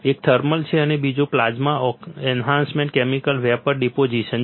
એક થર્મલ છે અને બીજું plasma enhanced chemical vapour deposition છે